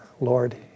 Lord